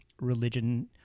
religion